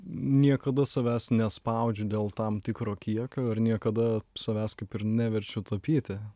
niekada savęs nespaudžiu dėl tam tikro kiekio ir niekada savęs kaip ir neverčiu tapyti